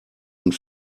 und